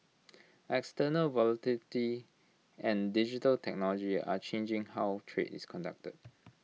external volatility and digital technology are changing how trade is conducted